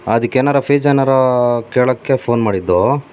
ಅದಕ್ಕೆ ಏನಾರೂ ಫೀಸ್ ಏನಾದ್ರೂ ಕೇಳೋಕ್ಕೆ ಫೋನ್ ಮಾಡಿದ್ದು